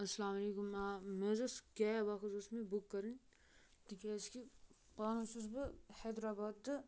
اَسلامُ علیکُم آ مےٚ حظ ٲس کیب اَکھ حظ ٲس مےٚ بُک کَرٕنۍ تِکیٛازِکہِ پانہٕ چھُس بہٕ حیدرآباد تہٕ